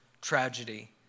tragedy